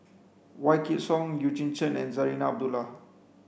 Wykidd Song Eugene Chen and Zarinah Abdullah